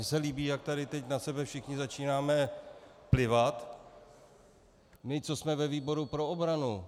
Mně se líbí, jak tady teď na sebe všichni začínáme plivat, my, co jsme ve výboru pro obranu.